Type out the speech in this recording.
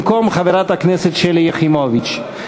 במקום חברת הכנסת שלי יחימוביץ.